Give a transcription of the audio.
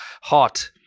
hot